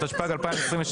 התשפ"ג 2023